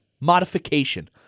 modification